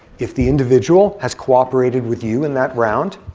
if the individual has cooperated with you in that round,